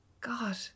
God